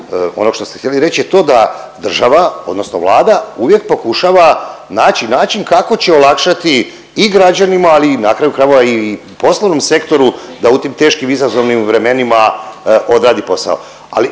onog što ste htjeli reći je to da država odnosno Vlada uvijek pokušava naći način kako će olakšati i građanima al na kraju krajeva i poslovnom sektoru da u tim teškim izazovnim vremenima odradi posao. Ali